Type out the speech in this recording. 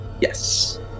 Yes